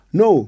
no